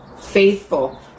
faithful